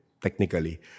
technically